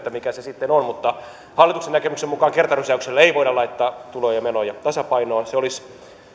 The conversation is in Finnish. että mikä se sitten on mutta hallituksen näkemyksen mukaan kertarysäyksellä ei voida laittaa tuloja ja menoja tasapainoon se olisi